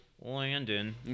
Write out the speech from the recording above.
landon